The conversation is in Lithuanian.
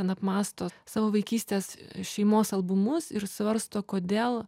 ten apmąsto savo vaikystės šeimos albumus ir svarsto kodėl